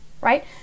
right